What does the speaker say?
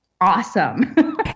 awesome